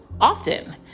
often